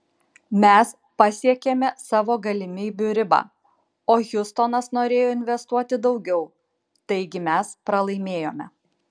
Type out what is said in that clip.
mes pasiekėme savo galimybių ribą o hjustonas norėjo investuoti daugiau taigi mes pralaimėjome